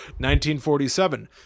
1947